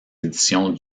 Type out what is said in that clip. éditions